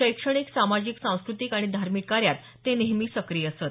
शैक्षणिक सामाजिक सांस्कृतिक आणि धार्मिक कार्यात ते नेहमी सक्रीय असत